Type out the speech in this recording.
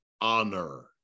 honor